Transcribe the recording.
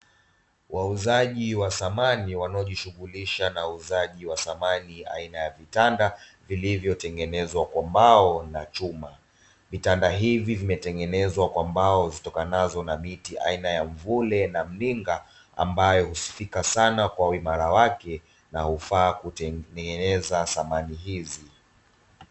Wauzaji wa samani wanaojishughuli na uuzaji wa samani aina ya vitanda, vilivyotengezwa kwa mbao na chuma. Vitanda hivi vimetengenezwa kwa mbao zitokanazo na miti aina ya mvule na mninga, ambayo husifika sana kwa uimara wake na hufaa kutengeneza samani hizi.